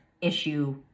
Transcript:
issue